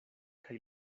kaj